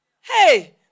Hey